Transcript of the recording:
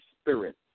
Spirit